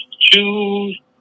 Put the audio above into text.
Choose